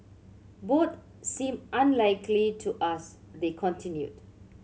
both seem unlikely to us they continued